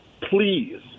please